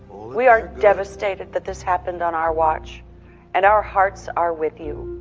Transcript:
we are devastated that this happened on our watch and our hearts are with you.